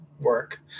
work